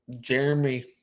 Jeremy